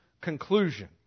conclusion